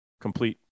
complete